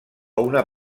una